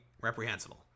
reprehensible